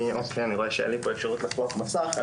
אני רואה שאין לי פה אפשרות לחלוק מסך.